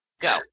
go